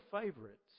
favorites